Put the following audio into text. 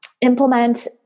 implement